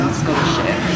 scholarship